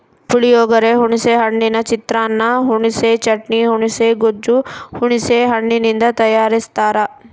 ಪುಳಿಯೋಗರೆ, ಹುಣಿಸೆ ಹಣ್ಣಿನ ಚಿತ್ರಾನ್ನ, ಹುಣಿಸೆ ಚಟ್ನಿ, ಹುಣುಸೆ ಗೊಜ್ಜು ಹುಣಸೆ ಹಣ್ಣಿನಿಂದ ತಯಾರಸ್ತಾರ